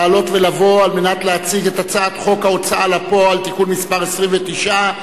לעלות ולבוא להציג את הצעת חוק ההוצאה לפועל (תיקון מס' 29),